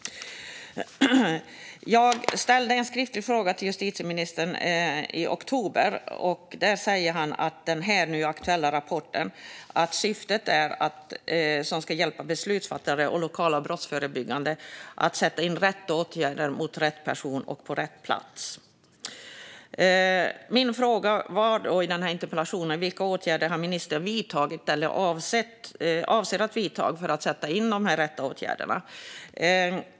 Jag ställde en skriftlig fråga till justitieministern i oktober. I sitt svar säger han att syftet med den nu aktuella rapporten är att hjälpa beslutsfattare och lokala brottsförebyggande aktörer att sätta in rätt åtgärder mot rätt personer och på rätt plats. Min fråga i denna interpellation var vilka åtgärder ministern har vidtagit eller avser att vidta för att sätta in rätt åtgärder.